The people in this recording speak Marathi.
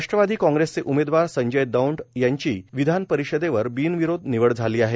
राष्ट्रवादी काँग्रेसचे उमेदवार संजय दौंड यांची विधान परिषदेवर बिनविरोध निवड झाली आहे